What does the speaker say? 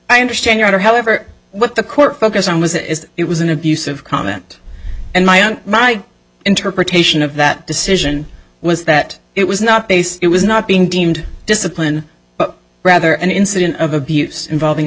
i understand your honor however what the court focused on was as it was an abusive comment and my own my interpretation of that decision was that it was not based it was not being deemed discipline but rather an incident of abuse involving a